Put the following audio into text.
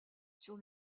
sur